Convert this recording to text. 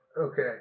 okay